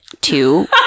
Two